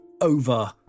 over